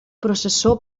processó